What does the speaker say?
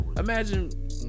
Imagine